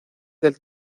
del